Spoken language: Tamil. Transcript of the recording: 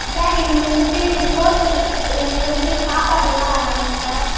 சார் எனக்கு வந்துவிட்டு இது ஹோட்டல் எனக்கு வந்துவிட்டு இது சாப்பாடெல்லாம் வேணும் சார்